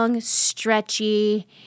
stretchy